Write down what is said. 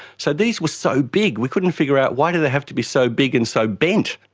so these were so big, we couldn't figure out why did they have to be so big and so bent?